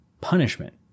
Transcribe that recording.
punishment